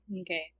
Okay